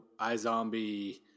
iZombie